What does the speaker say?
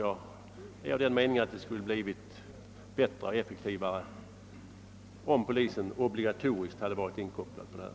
Jag anser att utredningarna skulle komma att bedrivas på ett bättre och effektivare sätt om polisen obligatoriskt kopplades in.